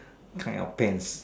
kind of pants